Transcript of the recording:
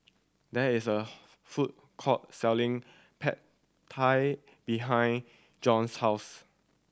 there is a food court selling Pad Thai behind Jon's house